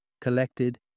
collected